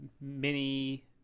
mini